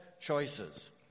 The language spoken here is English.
choices